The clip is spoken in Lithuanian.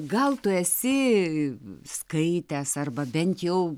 gal tu esi skaitęs arba bent jau